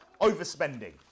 overspending